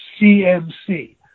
CMC